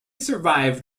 survived